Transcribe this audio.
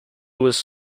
was